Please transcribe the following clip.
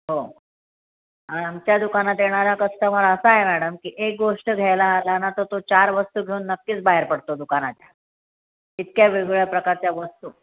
हो आमच्या दुकानात येणारा कस्टमर असा आहे मॅडम की एक गोष्ट घ्यायला आला ना तर तो चार वस्तू घेऊन नक्कीच बाहेर पडतो दुकानाच्या इतक्या वेगवेगळ्या प्रकारच्या वस्तू